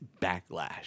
backlash